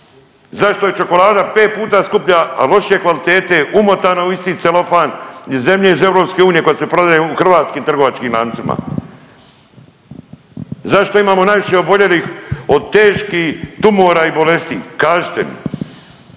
Zašto je čokolada 5 puta skuplja, a lošije kvalitete, umotana u isti celofan iz zemlje iz EU koja se prodaje u hrvatskim trgovačkim lancima. Zašto imamo najviše oboljelih od teških tumora i bolesti? Kažite mi!